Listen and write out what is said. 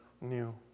new